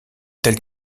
telle